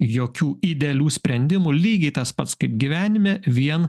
jokių idealių sprendimų lygiai tas pats kaip gyvenime vien